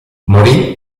morì